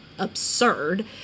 absurd